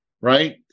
right